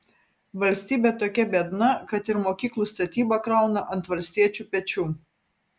valstybė tokia biedna kad ir mokyklų statybą krauna ant valstiečių pečių